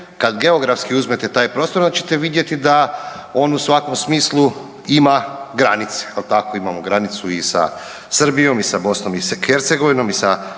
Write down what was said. Kad geografski uzmete taj prostor onda ćete vidjeti da on u svakom smislu ima granice, jel tako, imamo granicu i sa Srbijom i sa BiH i sa Mađarskom. Puno